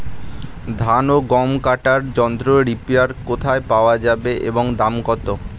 ধান ও গম কাটার যন্ত্র রিপার কোথায় পাওয়া যাবে এবং দাম কত?